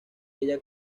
ella